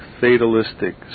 fatalistic